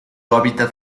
hábitat